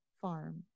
farm